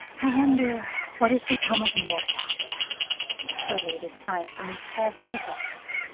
i wonder what is become of marriott surely it is time for me to have my drops.